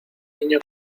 niño